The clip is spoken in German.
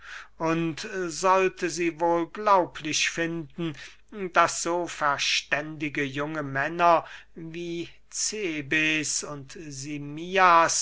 und sollte sie wohl glaublich finden daß so verständige junge männer wie cebes und